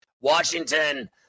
Washington